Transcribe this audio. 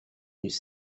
n’eût